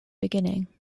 beginning